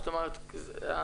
זאת אומרת,